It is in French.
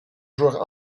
joueur